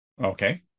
Okay